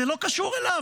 זה לא קשור אליו,